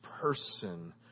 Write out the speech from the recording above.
person